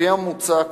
לפי המוצע,